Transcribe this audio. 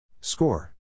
Score